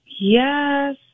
Yes